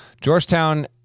Georgetown